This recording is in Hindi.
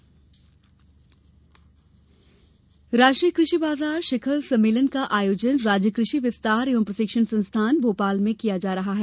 कृषि सम्मेलन राष्ट्रीय कृषि व्यापार शिखर सम्मेलन का आयोजन राज्य कृषि विस्तार एव प्रशिक्षण संस्थान भोपाल में किया जा रहा है